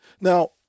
Now